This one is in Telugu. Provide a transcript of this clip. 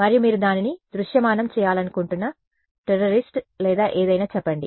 మరియు మీరు దానిని దృశ్యమానం చేయాలనుకుంటున్న టెర్రరిస్ట్ లేదా ఏదైనా చెప్పండి